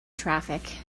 traffic